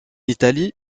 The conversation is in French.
italie